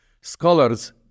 Scholars